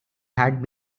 had